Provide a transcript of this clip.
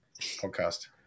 podcast